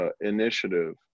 initiative